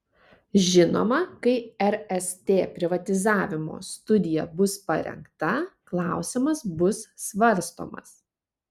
žinoma kai rst privatizavimo studija bus parengta klausimas bus svarstomas